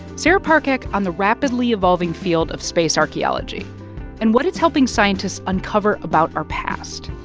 sarah parcak on the rapidly evolving field of space archaeology and what it's helping scientists uncover about our past.